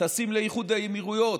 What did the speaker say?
טסים לאיחוד האמירויות.